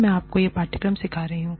मैं आपको यह पाठ्यक्रम सिखा रही हूं